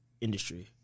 industry